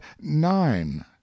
nine